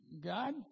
God